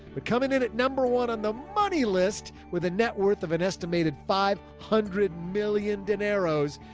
but coming in at number one on the money list with a net worth of an estimated five hundred million dineros.